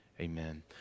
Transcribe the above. Amen